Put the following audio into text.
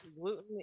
gluten